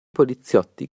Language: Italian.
poliziotti